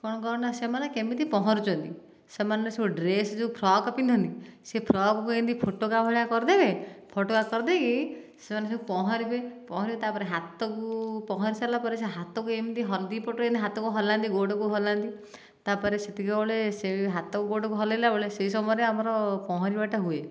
କ'ଣ କରେନା ସେମାନେ କେମିତି ପହଁରୁଛନ୍ତି ସେମାନେ ସବୁ ଡ୍ରେସ୍ ଯେଉଁ ଫ୍ରକ୍ ପିନ୍ଧନ୍ତି ସେ ଫ୍ରକ୍କୁ ଏମିତି ଫୋଟକା ଭଳିଆ କରିଦେବେ ଫୋଟକା କରିଦେଇକି ସେମାନେ ସବୁ ପହଁରିବେ ପହଁରିବେ ତାପରେ ହାତକୁ ପହଁରି ସାରିଲାପରେ ସେ ହାତକୁ ଏମିତି ହଲ୍ ଦୁଇ ପଟୁ ଏମିତି ହାତକୁ ହଲାନ୍ତି ଗୋଡ଼କୁ ହଲାନ୍ତି ତାପରେ ସେତିକିବେଳେ ସେ ବି ହାତକୁ ଗୋଡ଼କୁ ହଲେଇଲା ବେଳେ ସେହି ସମୟରେ ଆମର ପହଁରିବାଟା ହୁଏ